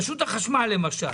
רשות החשמל למשל